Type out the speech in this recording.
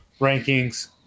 rankings